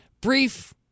brief